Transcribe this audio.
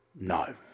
No